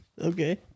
Okay